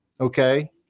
Okay